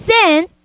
sin